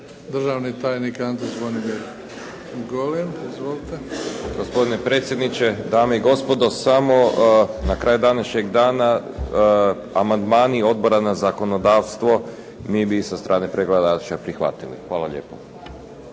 Državni tajnik Ante Zvonimir Golem. Izvolite. **Golem, Ante Zvonimir** Gospodine predsjedniče, dame i gospodo, na kraju današnjeg dana amandmani Odbora za zakonodavstvo, mi bismo ih sa strane predlagača prihvatili. Hvala lijepo.